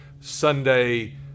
Sunday